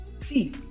see